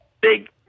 big